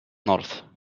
north